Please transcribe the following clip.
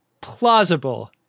plausible